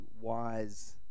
wise